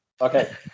okay